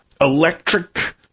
electric